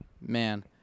man